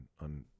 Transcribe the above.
on